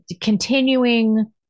continuing